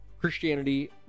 Christianity